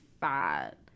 fat